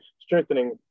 strengthening